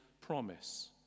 promise